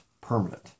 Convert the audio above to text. permanent